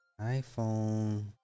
iphone